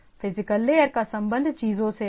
physical layer का संबंध चीजों से है